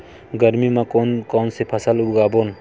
गरमी मा कोन कौन से फसल उगाबोन?